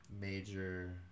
major